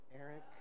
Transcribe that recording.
Eric